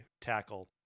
tackle